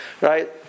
right